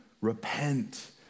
repent